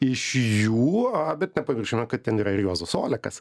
iš jų bet nepamirškime kad ten yra ir juozas olekas